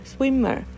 Swimmer